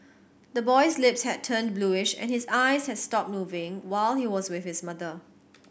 the boy's lips had turned bluish and his eyes had stopped moving while he was with his mother